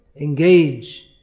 engage